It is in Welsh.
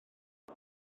pwy